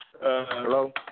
Hello